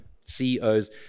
CEOs